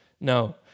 No